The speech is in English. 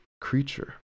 creature